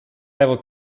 level